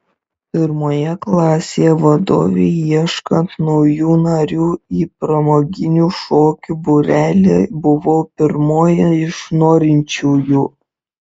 pirmoje klasėje vadovei ieškant naujų narių į pramoginių šokių būrelį buvau pirmoji iš norinčiųjų